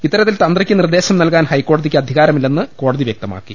ഇത്തരത്തിൽ തന്ത്രിക്ക് നിർദേശം നല്കാൻ ഹൈക്കോട തിക്ക് അധികാരമില്ലെന്ന് കോടതി വൃക്തമാക്കി